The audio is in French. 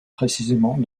précisément